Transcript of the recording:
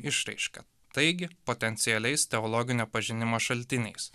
išraiška taigi potencialiais teologinio pažinimo šaltiniais